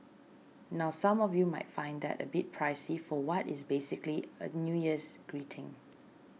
now some of you might find that a bit pricey for what is basically a New Year's greeting